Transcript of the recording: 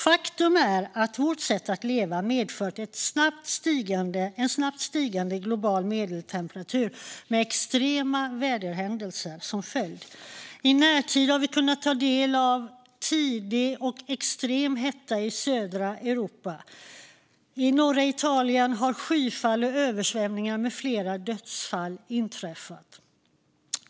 Faktum är att vårt sätt att leva medfört en snabbt stigande global medeltemperatur med extrema väderhändelser som följd. I närtid har vi kunnat ta del av tidig och extrem hetta i södra Europa. I norra Italien har skyfall och översvämningar med flera dödsfall inträffat.